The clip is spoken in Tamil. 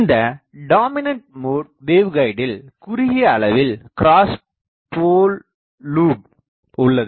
இந்த டாமீனண்ட் மோட் வேவ்கைடில் குறுகிய அளவில் கிராஸ் போல் லூப் உள்ளது